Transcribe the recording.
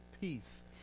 peace